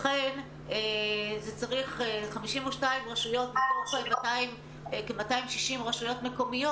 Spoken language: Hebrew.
לכן 52 רשויות מתוך כ-260 רשויות,